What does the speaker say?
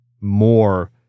more